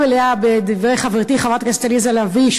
מלאה בדברי חברתי חברת הכנסת עליזה לביא,